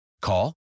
Call